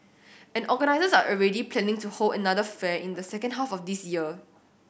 and organisers are already planning to hold another fair in the second half of this year